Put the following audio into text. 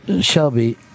Shelby